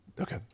Okay